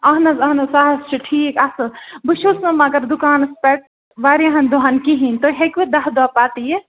اَہَن حظ اَہَن حظ سُہ حظ چھُ ٹھیٖک اَصٕل بہٕ چھُس نہٕ مگر دُکانَس پٮ۪ٹھ واریاہَن دۄہَن کِہیٖنۍ تُہۍ ہیٚکوٕ دَہ دۄہ پَتہٕ یِتھ